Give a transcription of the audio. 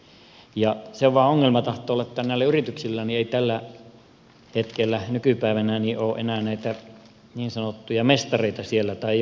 ongelma tahtoo vain olla se että näillä yrityksillä ei tällä hetkellä nykypäivänä ole enää näitä niin sanottuja mestareita siellä tai ei ole aikaa opettaa